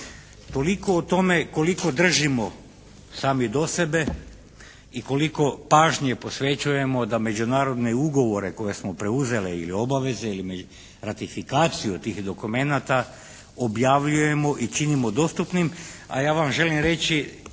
Toliko o tome koliko držimo sami do sebe i koliko pažnje posvećujemo da međunarodne ugovore koje smo preuzeli ili obaveze ili ratifikaciju tih dokumenata objavljujemo i činimo dostupnim, a ja vam želim reći